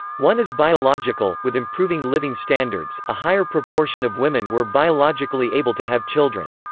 one is biological with improving living standards, a higher proportion of women were biologically able to have children.